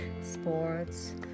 sports